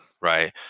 right